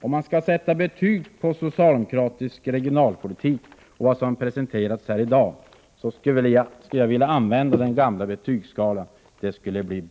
Om jag skall sätta betyg på den socialdemokratiska regionalpolitiken såsom den presenterats i dag, skulle jag vilja använda den gamla betygsskalan. Betyget skulle bli B?.